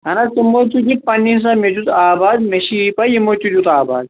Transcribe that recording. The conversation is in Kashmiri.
اہن حظ تمو تہِ دیُت پننہِ مےٚ دیُت آباد مےٚ چھِ یہِ پاے یمو تہِ دیُت آباد